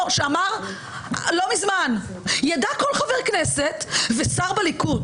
שאמר לא מזמן: יידע כל חבר כנסת ושר בליכוד,